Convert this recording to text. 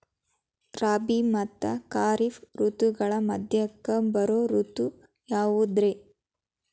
ರಾಬಿ ಮತ್ತ ಖಾರಿಫ್ ಋತುಗಳ ಮಧ್ಯಕ್ಕ ಬರೋ ಋತು ಯಾವುದ್ರೇ?